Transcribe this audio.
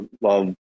love